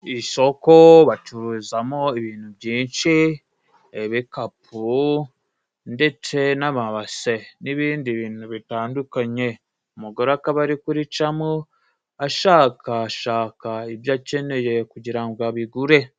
Isoko bacururizamo ibintu byinshi ibikapu ndetse n'amabase n'ibindi bintu bitandukanye umugore akaba ari kuri camo ashakashaka ibyo akeneye kugira ngo abigure.